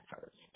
first